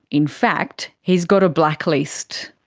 in fact he's got a black list.